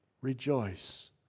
Rejoice